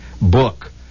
book